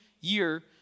year